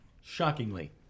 shockingly